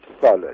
solid